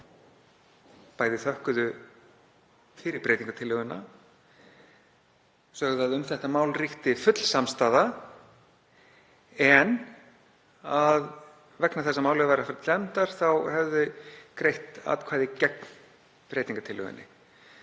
þeir þökkuðu fyrir breytingartillöguna, sögðu að um þetta mál ríkti full samstaða en að vegna þess að málið væri að fara til nefndar þá hefðu þeir greitt atkvæði gegn breytingartillögunni,